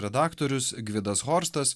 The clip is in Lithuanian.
redaktorius gvidas horstas